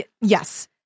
Yes